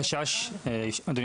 מהו החשש, אדוני